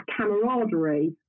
camaraderie